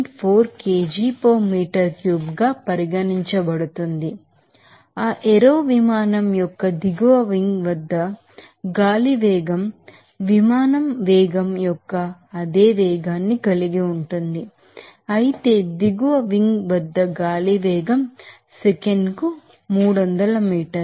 4 kg per meter cube గా పరిగణించబడుతుంది ఆ ఏరో విమానం యొక్క దిగువ వింగ్ వద్ద గాలి వేగం విమాన వేగం యొక్క అదే వేగాన్ని కలిగి ఉంటుంది అయితే దిగువ వింగ్ వద్ద గాలి వేగం సెకనుకు 300 మీటర్లు